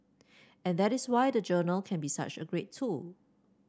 and that is why the journal can be such a great tool